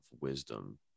wisdom